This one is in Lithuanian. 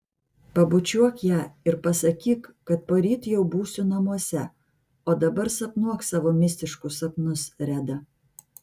pabučiuok ją ir pasakyk kad poryt jau būsiu namuose o dabar sapnuok savo mistiškus sapnus reda